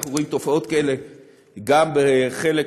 אנחנו רואים תופעות כאלה גם בחלק